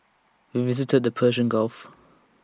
we visited the Persian gulf